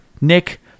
Nick